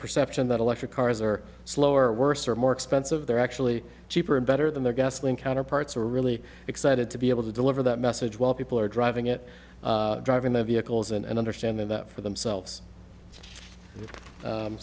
perception that electric cars are slower worser more expensive they're actually cheaper and better than their gasoline counterparts are really excited to be able to deliver that message while people are driving it driving their vehicles and understanding that for themselves